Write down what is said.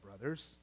brothers